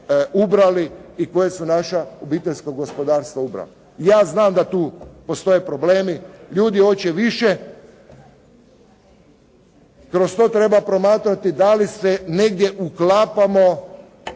ubrali i koja su naša obiteljska gospodarstva …/Govornik se ne razumije./… Ja znam da tu postoje problemi. Ljudi hoće više. Kroz to treba promatrati da li se negdje uklapamo